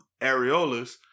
areolas